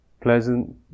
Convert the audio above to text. Pleasant